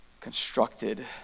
constructed